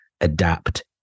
adapt